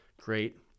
Great